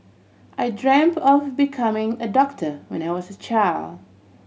I dreamt of becoming a doctor when I was a child